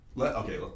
Okay